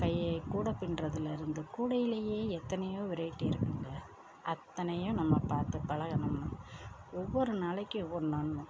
தையல் கூடை பின்னுறதுலருந்து கூடையிலையே எத்தனையோ வெரைட்டி இருக்குங்க அத்தனையும் நம்ம பார்த்து பழகினோம்னா ஒவ்வொரு நாளைக்கு ஒன்னொன்று